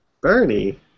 Bernie